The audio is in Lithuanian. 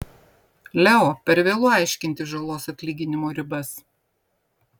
leo per vėlu aiškintis žalos atlyginimo ribas